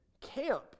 Camp